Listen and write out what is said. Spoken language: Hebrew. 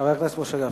חבר הכנסת משה גפני.